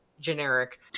generic